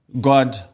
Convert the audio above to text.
God